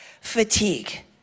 fatigue